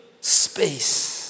Space